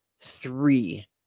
three